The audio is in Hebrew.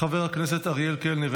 חבר הכנסת ירון לוי,